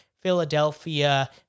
Philadelphia